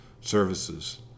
services